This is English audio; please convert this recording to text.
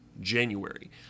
January